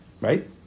Right